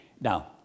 Now